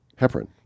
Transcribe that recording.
heparin